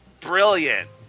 brilliant